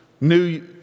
new